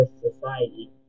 society